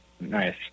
Nice